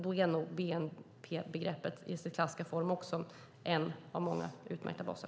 Bnp-begreppet i sin klassiska form är nog en av många utmärkta baser.